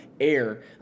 air